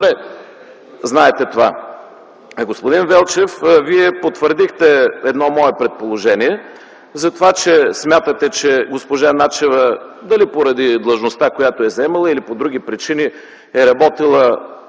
добре знаете това. Господин Велчев, Вие потвърдихте едно мое предположение за това, че смятате, че госпожа Начева дали поради длъжността, която е заемала, или по други причини, е работила